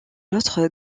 autre